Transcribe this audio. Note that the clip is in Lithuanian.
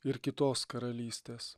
ir kitos karalystės